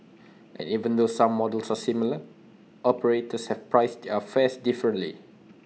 and even though some models are similar operators have priced their fares differently